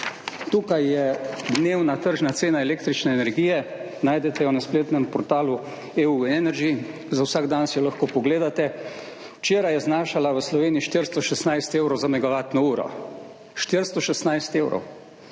Tukaj je dnevna tržna cena električne energije, najdete jo na spletnem portalu EU Energy, za vsak dan si jo lahko pogledate. Včeraj je znašala v Sloveniji 416 evrov za megavatno uro. 416 evrov.